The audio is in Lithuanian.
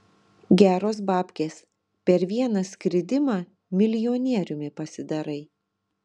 geros babkės per vieną skridimą milijonieriumi pasidarai